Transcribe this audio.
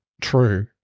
true